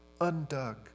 undug